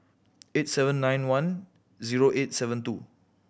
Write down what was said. eight seven nine one zero eight seven two